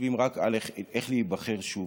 חושבים רק על איך להיבחר שוב,